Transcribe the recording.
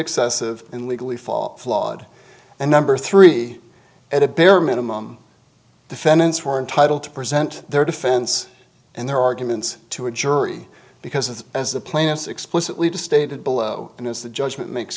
excessive and legally fall flawed and number three at a bare minimum defendants were entitled to present their defense and their arguments to a jury because as the plaintiffs explicitly just stated below and as the judge makes